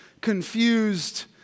confused